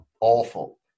awful